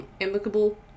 amicable